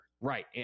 Right